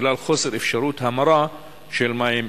בגלל חוסר אפשרות המרה של מים שפירים.